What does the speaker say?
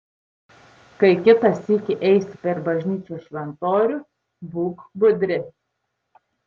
kai kitą sykį eisi per bažnyčios šventorių būk budri